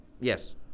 Yes